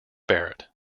barrett